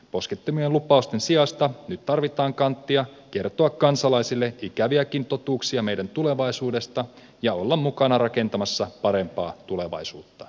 poskettomien lupausten sijasta nyt tarvitaan kanttia kertoa kansalaisille ikäviäkin totuuksia meidän tulevaisuudestamme ja olla mukana rakentamassa parempaa tulevaisuutta suomelle